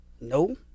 no